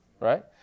Right